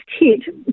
hit